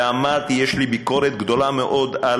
ואמרתי, יש לי ביקורת גדולה מאוד על